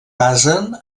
basen